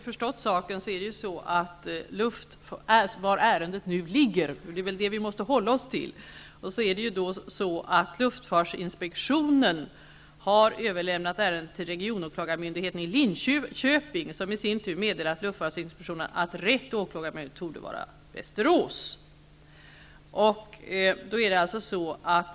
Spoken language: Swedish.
Fru talman! När det gäller var ärendet nu ligger -- det är väl det vi måste hålla oss till -- är det som jag har förstått saken så, att luftfartsinspektionen har överlämnat det till regionåklagarmyndigheten i Linköping, som i sin tur meddelat luftfartsinspektionen att rätt åklagarmyndighet torde vara Västerås.